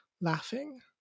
laughing